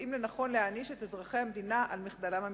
מוצאים לנכון להעניש את אזרחי המדינה על מחדלם המתמשך.